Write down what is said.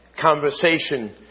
conversation